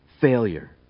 failure